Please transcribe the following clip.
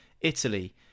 Italy